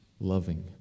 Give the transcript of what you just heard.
loving